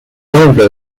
pueblo